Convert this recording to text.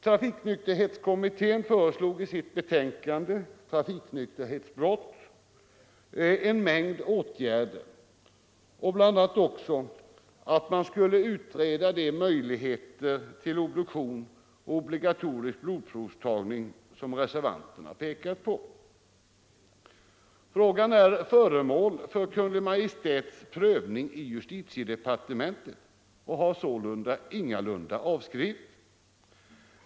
Trafiknykterhetskommittén föreslog i sitt betänkande, Trafiknykterhetsbrott , en mängd åtgärder, bl.a. att man skulle utreda de möjligheter till obduktion och obligatorisk blodprovstagning som reservanterna har pekat på. Frågan är föremål för Kungl. Maj:ts prövning i justitiedepartementet och har alltså ingalunda avskrivits.